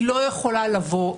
היא לא יכולה לבוא.